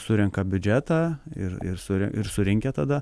surenka biudžetą ir ir suri ir surinkę tada